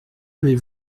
avez